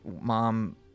mom